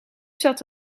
zat